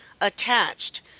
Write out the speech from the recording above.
attached